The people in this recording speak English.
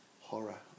horror